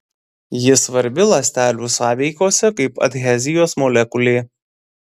ji svarbi ląstelių sąveikose kaip adhezijos molekulė